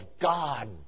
God